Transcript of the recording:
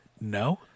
No